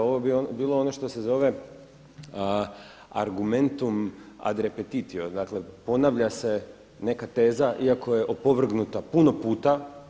Ovo bi bilo ono što se zove argumentum ad repetitio dakle, ponavlja se neka teza iako je opovrgnuta puno puta.